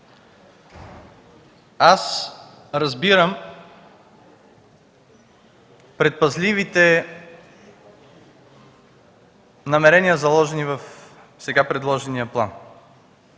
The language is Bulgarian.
Разбирам предпазливите намерения, заложени в сега предложения план.